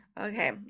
Okay